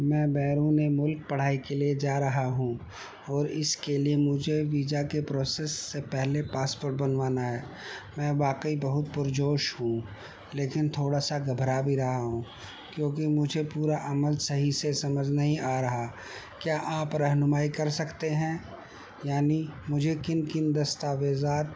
میں بیرون ملک پڑھائی کے لیے جا رہا ہوں اور اس کے لیے مجھے ویجا کے پروسیس سے پہلے پاسپورٹ بنوانا ہے میں واقعی بہت پرجوش ہوں لیکن تھوڑا سا گھبھرا بھی رہا ہوں کیونکہ مجھے پورا عمل صحیح سے سمجھ نہیں آ رہا کیا آپ رہنمائی کر سکتے ہیں یعنی مجھے کن کن دستاویزات